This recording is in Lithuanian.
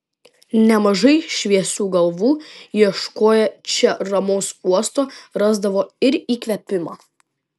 nemažai šviesių galvų ieškoję čia ramaus uosto rasdavo ir įkvėpimą